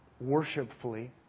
worshipfully